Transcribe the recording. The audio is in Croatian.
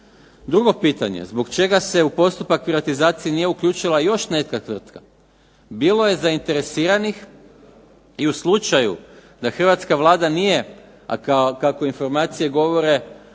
Drugo pitanje, zbog čega se u postupak privatizacije nije uključila još neka tvrtka? Bilo je zainteresiranih i u slučaju da Hrvatska vlada nije, a kako informacije govore,